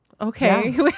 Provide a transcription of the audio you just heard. Okay